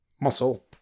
muscle